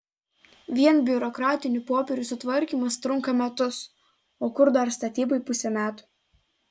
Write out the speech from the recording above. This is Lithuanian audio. vien biurokratinių popierių sutvarkymas trunka metus o kur dar statybai pusė metų